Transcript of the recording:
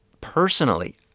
personally